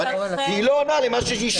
היא לא עונה לשאלה שהיא נשאלה.